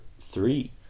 three